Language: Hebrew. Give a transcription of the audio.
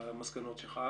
שלישי: